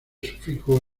sufijos